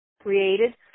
created